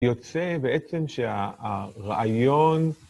יוצא בעצם שהרעיון...